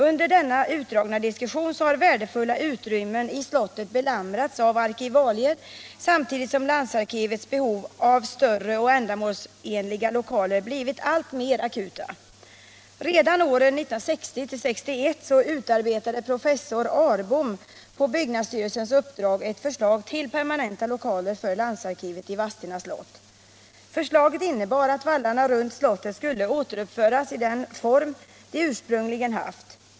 Under denna utdragna diskussion har värdefulla utrymmen i slottet belamrats av arkivalier samtidigt som landsarkivets behov av större och ändamålsenliga lokaler blivit alltmera akuta. Redan åren 1960-1961 utarbetade professor Ahrbom på byggnadsstyrelsens uppdrag ett förslag till permanenta lokaler för landsarkivet i Vadstena slott. Förslaget innebar att vallarna runt slottet skulle återuppföras i den form de ursprungligen haft.